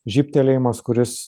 žybtelėjimas kuris